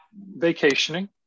vacationing